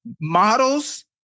Models